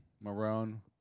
Maroon